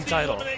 title